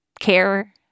care